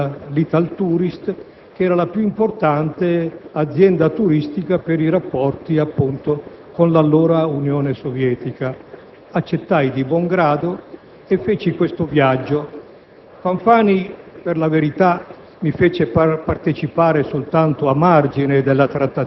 Io allora ero presidente onorario di un'associazione turistica, l'Italturist, che era la più importante azienda turistica per i rapporti con l'allora Unione Sovietica: accettai di buon grado e feci questo viaggio.